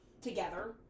together